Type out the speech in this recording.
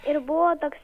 ir buvo toks